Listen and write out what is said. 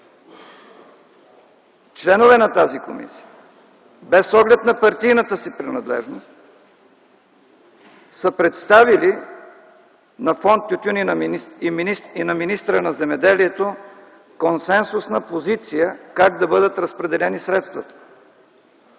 членове на тази комисия, без оглед на партийната си принадлежност, са представили на фонд „Тютюн” и на министъра на земеделието и храните консенсусна позиция как да бъдат разпределени средствата.